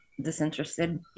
disinterested